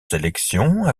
sélections